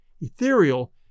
ethereal